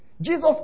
Jesus